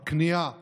בכניעה